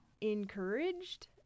encouraged